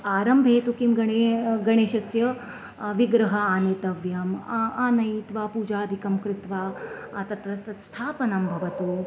आरम्भे तु किं गणेशः गणेशस्य विग्रहः आनेतव्यम् आ आनयित्वा पूजादिकं कृत्वा तत्र तत् स्थापनं भवतु